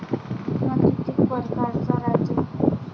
बिमा कितीक परकारचा रायते?